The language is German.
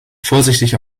vorsichtig